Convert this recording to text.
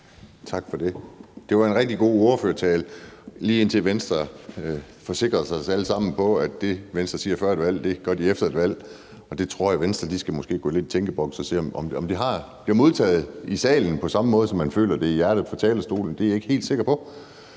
Tak for det. Det var en rigtig god ordførertale, lige indtil Venstre forsikrede os alle sammen om, at det, Venstre siger før et valg, gør de efter et valg. Jeg tror, at Venstre måske skal gå lidt i tænkeboks og se, om det bliver modtaget i salen på samme måde, som man føler det i hjertet, når man står på talerstolen. Det er jeg ikke helt sikker på.